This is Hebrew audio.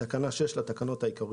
תיקון תקנה 6 7 בתקנה 6 לתקנות העיקריות,